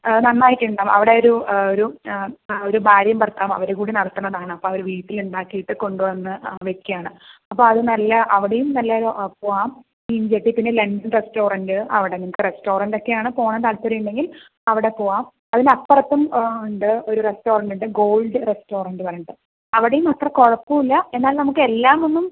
നന്നായിട്ടുണ്ട് അവിടെ ഒരു ഒരു ഒരു ഭാര്യയും ഭർത്താവും അവർ കൂടി നടത്തണതാണ് അപ്പോൾ അവർ വിട്ടിൽ ഉണ്ടാക്കിട്ട് കൊണ്ടുവന്ന് വെയ്ക്കുകയാണ് അപ്പം അത് നല്ല അവരുടെയും നല്ല പോകാം പിന്നെ ലഞ്ച് റെസ്റ്ററൻറ് ഒക്കെ ആണ് താല്പര്യമെങ്കിൽ അവിടെ പോം അതിൻ്റെ അപ്പറത്തും ഒരു റെസ്റ്റോറന്റ് ഉണ്ട് ഗോൾഡ് റെസ്റ്റോറന്റ് എന്ന് പറഞ്ഞിട്ട് അവിടെയും അത്ര കുഴപ്പമില്ല എന്നാൽ നമുക്ക് എല്ലാം ഒന്നും